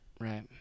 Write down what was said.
Right